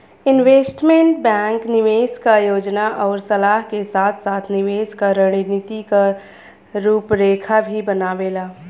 investment bank निवेश क योजना आउर सलाह के साथ साथ निवेश क रणनीति क रूपरेखा भी बनावेला